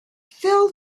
fill